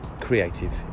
creative